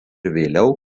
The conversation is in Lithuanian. vėliau